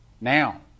Now